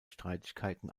streitigkeiten